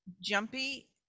jumpy